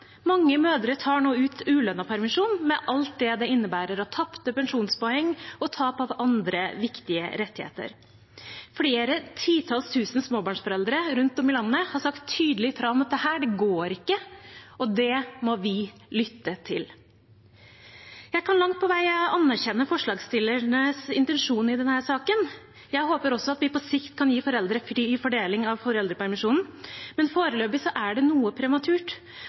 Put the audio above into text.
Mange mødre tar nå ut ulønnet permisjon med alt det det innebærer av tapte pensjonspoeng og tap av andre viktige rettigheter. Flere titalls tusen småbarnsforeldre rundt om i landet har sagt tydelig fra om at dette går ikke, og det må vi lytte til. Jeg kan langt på vei anerkjenne forslagsstillernes intensjon i denne saken. Jeg håper også at vi på sikt kan gi foreldre fri fordeling av foreldrepermisjonen, men foreløpig er det noe prematurt.